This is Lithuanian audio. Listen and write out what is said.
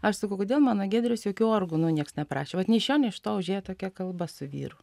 aš sakau kodėl mano giedriaus jokių organų nieks neprašė vat nei iš šio nei iš to užėjo tokia kalba su vyru